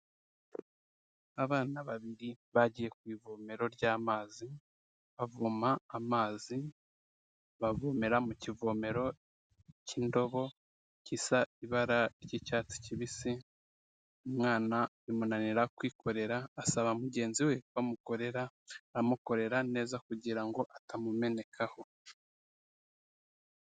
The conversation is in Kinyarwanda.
Abana babiri bagiye ku ivomero ry'amazi, bavoma amazi bavomera mu kivomero cy'indobo gisa ibara ry'icyatsi kibisi, umwana bimunanira kwikorera asaba mugenzi we ko amukorera, amukorera neza kugira ngo atamumenekaho.